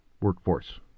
workforce